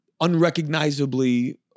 unrecognizably